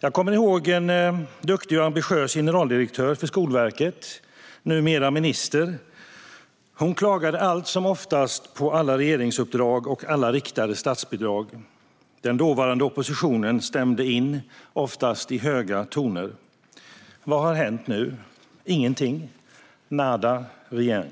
Jag kommer ihåg en duktig och ambitiös generaldirektör för Skolverket, numera minister. Hon klagade allt som oftast på alla regeringsuppdrag och alla riktade statsbidrag. Den dåvarande oppositionen stämde oftast in i höga toner. Vad har hänt nu? Ingenting, nada, rien.